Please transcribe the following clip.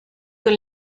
con